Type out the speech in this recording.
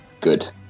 Good